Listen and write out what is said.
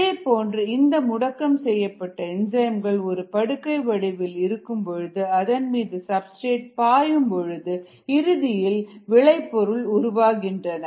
இதேபோன்று இந்த முடக்கம் செய்யப்பட்டு என்சைம்கள் ஒரு படுக்கை வடிவில் இருக்கும் பொழுது அதன் மீது சப்ஸ்டிரேட் பாயும் பொழுது இறுதியில் விளைபொருள் உருவாகின்றன